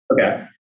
Okay